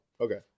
Okay